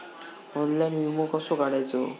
Online विमो कसो काढायचो?